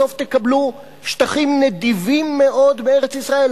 בסוף תקבלו שטחים נרחבים מאוד בארץ-ישראל,